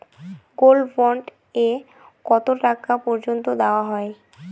Gold bond এ কতো টাকা পর্যন্ত দেওয়া হয়?